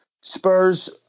Spurs